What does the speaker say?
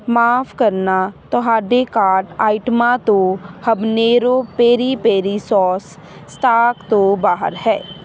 ਮਾਫ਼ ਕਰਨਾ ਤੁਹਾਡੇ ਕਾਰਟ ਆਈਟਮਾਂ ਤੋਂ habanero peri peri sauce stock ਤੋਂ ਬਾਹਰ ਹੈ